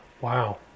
Wow